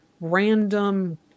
random